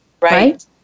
Right